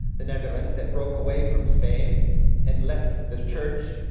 the netherlands that broke away from spain and left the church,